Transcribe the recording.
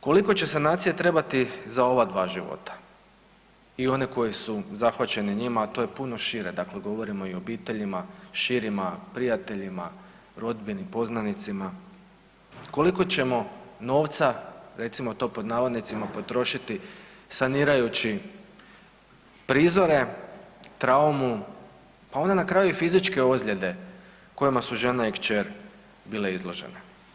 Koliko će sanacije trebati za ova dva života i one koji su zahvaćeni njima, a to je puno šire, dakle govorimo i o obiteljima, širima, prijateljima, rodbini, poznanicima, koliko ćemo „novca potrošiti“ sanirajući prizore, traumu, pa onda na kraju i fizičke ozljede kojima su žena i kćer bile izložene.